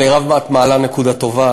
מירב, את מעלה נקודה טובה.